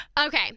Okay